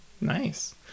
Nice